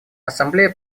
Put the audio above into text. ассамблея